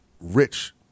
rich